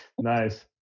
nice